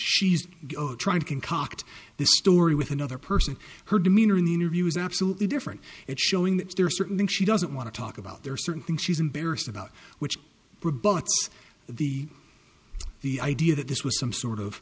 she's trying to concoct this story with another person her demeanor in the interview is absolutely different it showing that there are certain things she doesn't want to talk about there are certain things she's embarrassed about which were but the the idea that this was some sort of